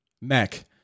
Mac